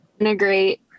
integrate